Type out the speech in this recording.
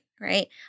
right